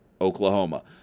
Oklahoma